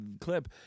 clip